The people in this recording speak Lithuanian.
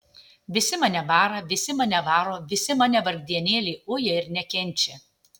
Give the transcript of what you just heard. visi mane bara visi mane varo visi mane vargdienėlį uja ir nekenčia